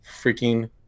freaking